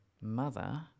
mother